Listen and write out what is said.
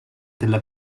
della